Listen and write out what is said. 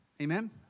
Amen